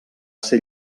ser